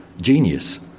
genius